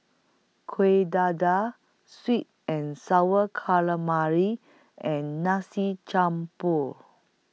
Kueh Dadar Sweet and Sour Calamari and Nasi Campur